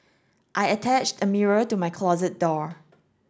I attached a mirror to my closet door